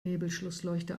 nebelschlussleuchte